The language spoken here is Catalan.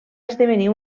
esdevenir